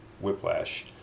whiplash